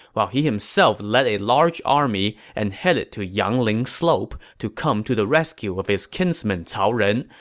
while he himself led a large army and headed to yangling slope to come to the rescue of his kinsman cao ren,